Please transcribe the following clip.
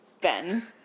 Ben